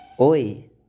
oi